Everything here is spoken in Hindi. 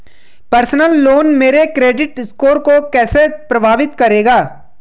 पर्सनल लोन मेरे क्रेडिट स्कोर को कैसे प्रभावित करेगा?